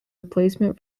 replacement